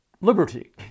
liberty